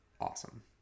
awesome